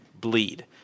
bleed